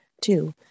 Two